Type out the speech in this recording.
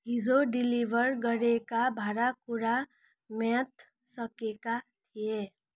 हिजो डिलिभर गरेका भाँडाकुँडा म्याद सकिएका थिए